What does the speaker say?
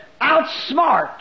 outsmart